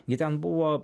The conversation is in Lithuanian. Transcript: gi ten buvo